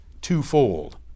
twofold